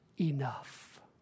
enough